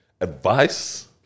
advice